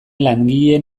langileen